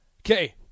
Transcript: Okay